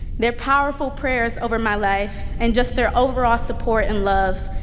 their powerful prayers over my life, and just their overall support and love.